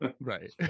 right